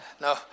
no